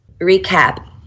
Recap